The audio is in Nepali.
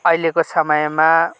अहिलेको समयमा